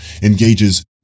engages